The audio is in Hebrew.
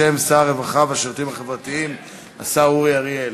השר אורי אריאל,